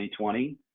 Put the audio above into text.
2020